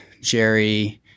Jerry